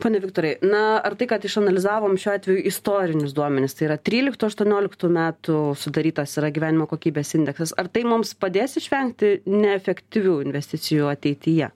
pone viktorai na ar tai kad išanalizavom šiuo atveju istorinius duomenis tai yra tryliktų aštuonioliktų metų sudarytas yra gyvenimo kokybės indeksas ar tai mums padės išvengti neefektyvių investicijų ateityje